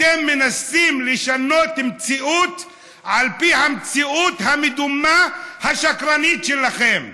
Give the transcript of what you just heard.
אתם מנסים לשנות מציאות על פי המציאות המדומה השקרנית שלכם.